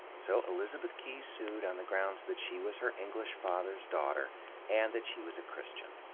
so, elizabeth key sued on the grounds that she was her english father's daughter and that she was a christian.